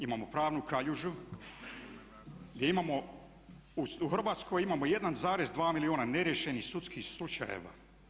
Imamo pravnu kaljužu, gdje imamo, u Hrvatskoj imamo 1,2 milijuna neriješenih sudskih slučajeva.